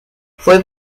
fue